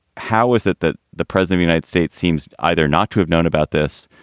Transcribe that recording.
how is it that the president, united states seems either not to have known about this,